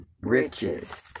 riches